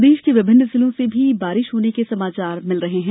प्रदेश के विभिन्न जिलों से भी बारिश होने के समाचार मिल रहे हैं